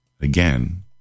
Again